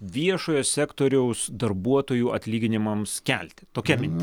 viešojo sektoriaus darbuotojų atlyginimams kelti tokia mintis